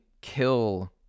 kill